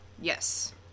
Yes